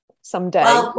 someday